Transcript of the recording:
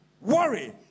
Worry